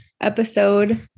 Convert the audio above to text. episode